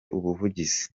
ubuvugizi